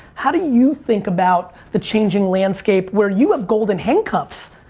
how do you think about the changing landscape where you have golden handcuffs,